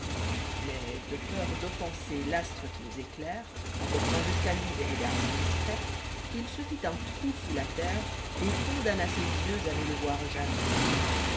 mais de peur d'offenser l'astre qui nous éclaire en portant jusqu'à lui des regards indiscrets h se fit un trou sous la terre et çondamna ses yeux à ne le voir jamais